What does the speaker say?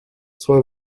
zwei